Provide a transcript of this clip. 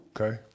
Okay